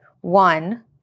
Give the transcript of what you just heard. One